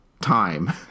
time